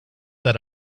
that